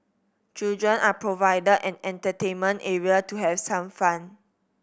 children are provided an entertainment area to have some fun